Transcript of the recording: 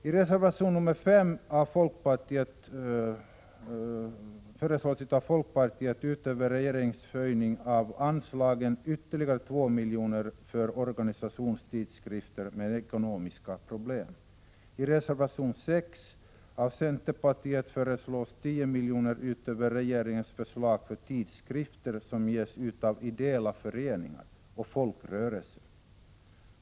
I reservation nr 6 av centerpartiet föreslås 10 milj.kr. utöver regeringens förslag för tidskrifter som ges ut av ideella föreningar och folkrörelser.